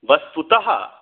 वस्तुतः